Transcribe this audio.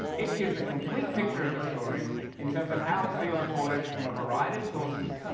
it gives a complete picture of a story in terms of how it's being reported from a variety of sources,